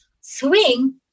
swing